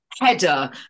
header